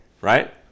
right